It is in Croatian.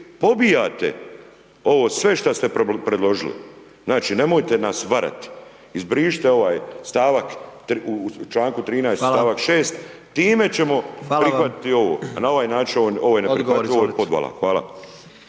pobijate ovo sve što ste predložili. Znači nemojte nas varati. Izbrišite ovaj stavak u članku 16. …/Upadica: Hvala./… stavak 6. time ćemo …/Upadica: Hvala vam./… prihvatiti ovo, na ovaj način ovo je neprihvatljivo, ovo je podvala. Hvala.